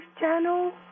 channel